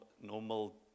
normal